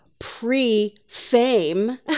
Pre-fame